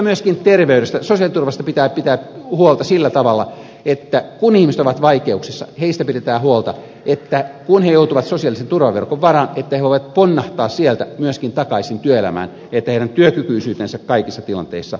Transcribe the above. myöskin terveydestä sosiaaliturvasta pitää pitää huolta sillä tavalla että kun ihmiset ovat vaikeuksissa heistä pidetään huolta että kun he joutuvat sosiaalisen turvaverkon varaan he voivat myöskin ponnahtaa sieltä takaisin työelämään että heidän työkykyisyytensä kaikissa tilanteissa säilytetään